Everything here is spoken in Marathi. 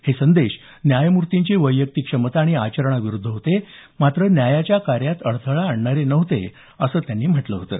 हे संदेश न्यायमूर्तींची वैयक्तिक क्षमता आणि आचरणाविरुद्ध होते मात्र न्यायाच्या कार्यात अडथळा आणणारे नव्हते असं त्यांनी म्हटलं होतं